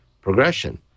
progression